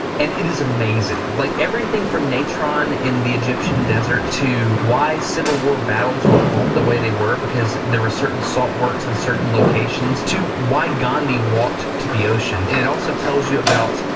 and it is amazing. like everything from natron in the egyptian desert to why civil war battles were fought the way they were because there were certain saltworks in certain locations to why gandhi walked to the ocean. and it also tells you about,